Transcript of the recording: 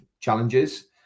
challenges